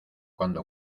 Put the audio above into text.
cuando